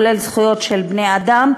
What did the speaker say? כולל זכויות של בני-אדם,